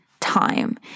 time